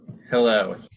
Hello